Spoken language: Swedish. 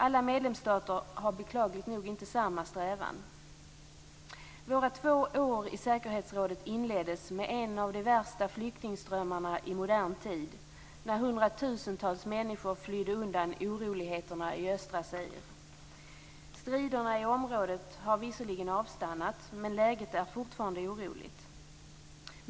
Alla medlemsstater har beklagligt nog inte samma strävan. Våra två år i säkerhetsrådet inleddes med en av de värsta flyktingströmmarna i modern tid när hundratusentals människor flydde undan oroligheterna i östra Zaire. Striderna i området har visserligen avstannat, men läget är fortfarande oroligt.